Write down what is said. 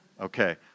Okay